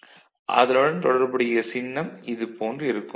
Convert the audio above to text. அதனுடன் தொடர்புடைய சின்னம் இது போன்று இருக்கும்